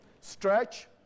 stretch